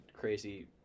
crazy